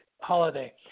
holiday